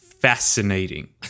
fascinating